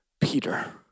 Peter